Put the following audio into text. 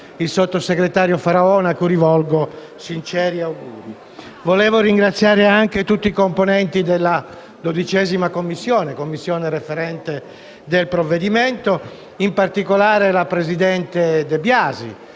il sottosegretario Faraone, cui rivolgo sinceri auguri. Volevo ringraziare anche tutti i componenti della 12a Commissione, la Commissione referente del provvedimento, ed in particolare la presidente De Biasi.